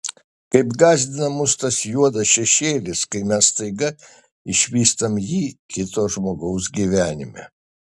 kaip gąsdina mus tas juodas šešėlis kai mes staiga išvystam jį kito žmogaus gyvenime